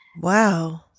Wow